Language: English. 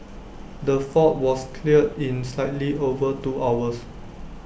the fault was cleared in slightly over two hours